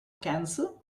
cancer